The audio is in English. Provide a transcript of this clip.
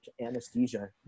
anesthesia